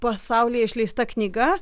pasaulyje išleista knyga